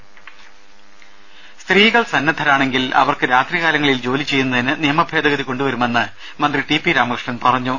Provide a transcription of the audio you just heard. രുദ സ്ത്രീകൾ സന്നദ്ധരാണെങ്കിൽ അവർക്ക് രാത്രികാലങ്ങളിൽ ജോലി ചെയ്യുന്നതിന് നിയമഭേദഗതി കൊണ്ടുവരുമെന്ന് മന്ത്രി ടി പി രാമകൃഷ്ണൻ പറഞ്ഞു